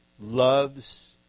loves